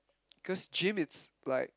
cause gym it's like